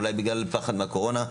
אולי בגלל פחד מהקורונה,